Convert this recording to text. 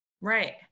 Right